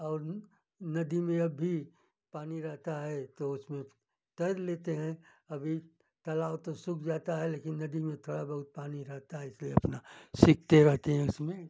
और नदी में अब भी पानी रहता है तो उसमें तैर लेते हैं अभी तालाब तो सूख जाता है लेकिन नदी में थोड़ा बहुत पानी रहता है इसलिए अपना सीखते रहते हैं उसमें